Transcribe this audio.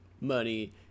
money